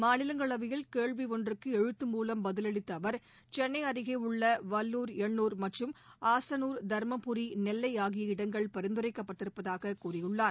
மாநிலங்களவையில் கேள்வி ஒன்றுக்கு எழுத்து மூலம் பதிலளித்த அவர் சென்னை அருகேயுள்ள வல்லூர் எண்னூர் மற்றும் ஆசனூர் தருமபுரி நெல்லை ஆகிய இடங்கள் பரிந்துரைக்கப்பட்டிருப்பதாக கூறியுள்ளார்